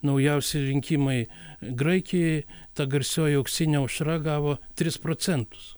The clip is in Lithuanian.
naujausi rinkimai graikijoj ta garsioji auksinė aušra gavo tris procentus